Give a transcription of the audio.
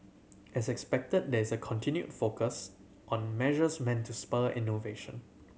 as expected there is a continued focus on measures meant to spur innovation